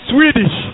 Swedish